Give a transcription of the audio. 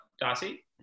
Darcy